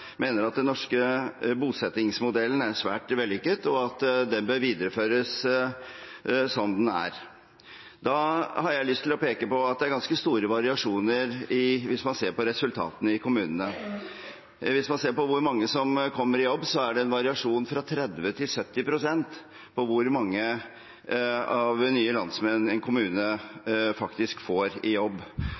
mener at den norske bosettingsmodellen er svært vellykket, og at den bør videreføres som den er. Da har jeg lyst til å peke på at det er ganske store variasjoner hvis man ser på resultatene i kommunene. Hvis man ser på hvor mange som kommer i jobb, er det en variasjon fra 30 pst. til 70 pst. på hvor mange nye landsmenn en kommune faktisk får i jobb.